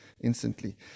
instantly